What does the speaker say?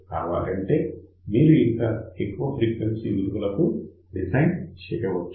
కావాలంటే మీరు ఇంకా ఎక్కువ ఫ్రీక్వెన్సీ విలువలకు డిజైన్ చేయవచ్చు